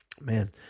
Man